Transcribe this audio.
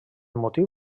motiu